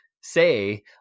say